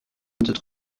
vingt